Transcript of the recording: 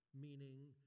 meaning